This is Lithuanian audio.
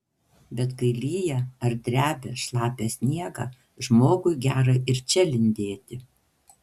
bet kai lyja ar drebia šlapią sniegą žmogui gera ir čia lindėti